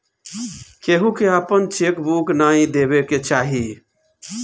केहू के आपन चेक बुक नाइ देवे के चाही